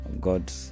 God